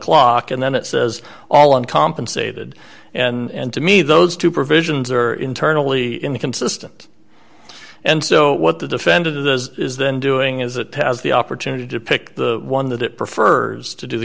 clock and then it says all uncompensated and to me those two provisions are internally inconsistent and so what the defendant as is then doing is it has the opportunity to pick the one that it prefers to do the